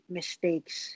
mistakes